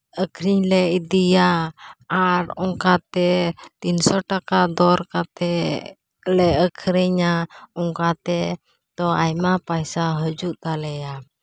ᱟᱹᱠᱷᱨᱤᱧ ᱞᱮ ᱤᱫᱤᱭᱟ ᱟᱨ ᱚᱱᱠᱟ ᱛᱮ ᱛᱤᱱᱥᱚ ᱴᱟᱠᱟ ᱫᱚᱨ ᱠᱟᱛᱮᱫ ᱞᱮ ᱟᱹᱠᱷᱨᱤᱧᱟ ᱚᱱᱠᱟ ᱛᱮ ᱫᱚ ᱟᱭᱢᱟ ᱯᱚᱭᱥᱟ ᱦᱤ ᱡᱩᱜ ᱛᱟᱞᱮᱭᱟ